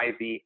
IV